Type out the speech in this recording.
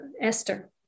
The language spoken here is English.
Esther